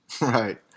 Right